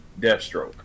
Deathstroke